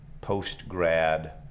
post-grad